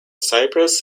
cypress